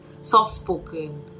soft-spoken